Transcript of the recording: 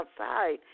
outside